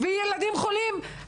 ואימהות לילדים חולים.